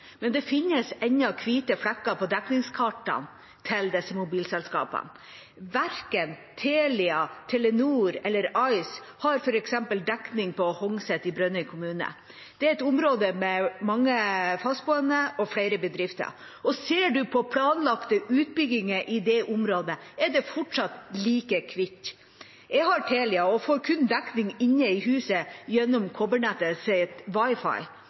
men det finnes ennå hvite flekker på dekningskartene til disse mobilselskapene. Verken Telia, Telenor eller ice har f.eks. dekning på Hongset i Brønnøy kommune. Det er et område med mange fastboende og flere bedrifter. Ser man på planlagte utbygginger i det området, er det fortsatt like hvitt. Jeg har Telia og får kun dekning inne i huset gjennom